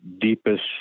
deepest